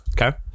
Okay